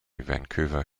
vancouver